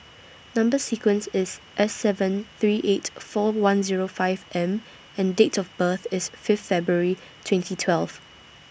Number sequence IS S seven three eight four one Zero five M and Date of birth IS Fifth February twenty twelve